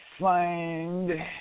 find